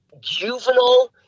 juvenile